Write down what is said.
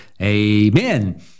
Amen